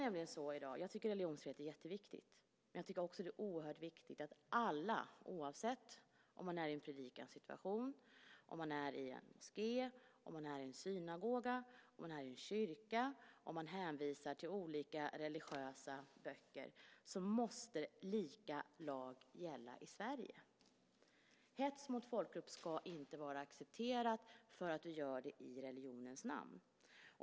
Jag tycker att religionsfrihet är jätteviktig, och jag tycker också att det är oerhört viktigt att alla oavsett om man är i predikarsituation, är i en moské, en synagoga eller en kyrka eller hänvisar till olika religiösa böcker, måste lika lag gälla i Sverige. Hets mot folkgrupp ska inte vara accepterad för att man gör i religionens namn.